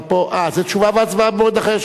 תשובה והצבעה במועד אחר.